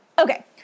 Okay